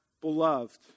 beloved